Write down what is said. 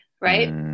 right